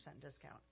discount